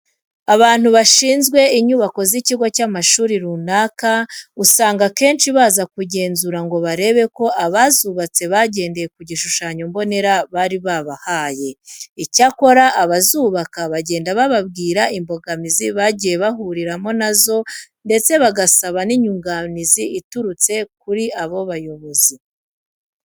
Abantu bashinzwe inyubako z'ikigo cy'amashuri runaka asanga akenshi baza kugenzura ngo barebe ko abazubatse bagendeye ku gishushanyo mbonera bari barahawe. Icyakora abazubaka bagenda bababwira imbogamizi bagiye bahuriramo na zo ndetse bagasaba n'inyunganizi iturutse kuri abo bayobozi.